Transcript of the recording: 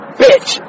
bitch